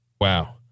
Wow